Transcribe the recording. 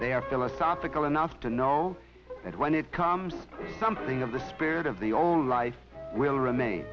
they are philosophical enough to know that when it comes something of the spirit of the own life will remain